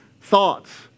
thoughts